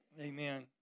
Amen